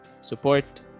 support